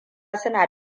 suna